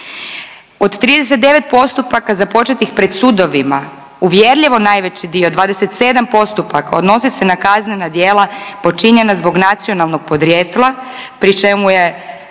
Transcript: Od 39 postupaka započetih pred sudovima, uvjerljivo najveći dio 27 postupaka odnosi se na kaznena djela počinjena zbog nacionalnog podrijetla pri čemu je,